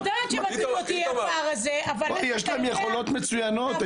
אני יודעת שמטריד אותי הפער הזה --- יש להם יכולות מצוינות,